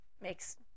makes